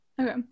Okay